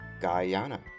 Guyana